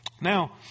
Now